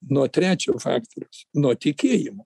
nuo trečio faktoriaus nuo tikėjimo